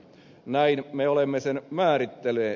näin me olemme sen määritelleet